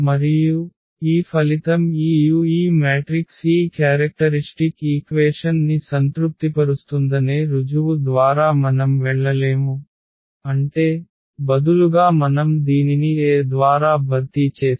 మరియు ఈ ఫలితం ఈ u ఈ మ్యాట్రిక్స్ ఈ క్యారెక్టరిష్టిక్ ఈక్వేషన్ ని సంతృప్తిపరుస్తుందనే రుజువు ద్వారా మనం వెళ్ళలేము అంటే బదులుగా మనం దీనిని A ద్వారా భర్తీ చేస్తే